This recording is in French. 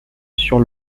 sur